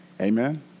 Amen